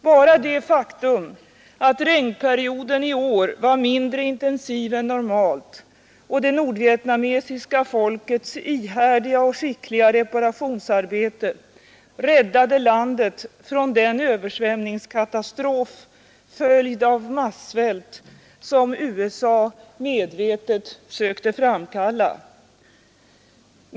Bara det faktum att regnperioden i år var mindre intensiv än normalt och det nordvietnamesiska folkets ihärdiga och skickliga reparationsarbete räddade landet från den översvämningskatastrof, följd av massvält, som USA medvetet sökte framkalla.